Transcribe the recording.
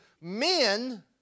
men